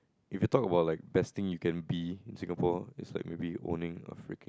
if you talk about like best thing you can be in Singapore it's like maybe owning a freaking